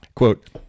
Quote